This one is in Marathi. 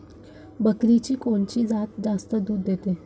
बकरीची कोनची जात जास्त दूध देते?